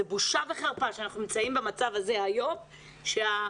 זו בושה וחרפה שאנחנו נמצאים במצב הזה היום ששני